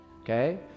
okay